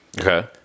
Okay